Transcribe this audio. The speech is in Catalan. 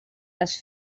les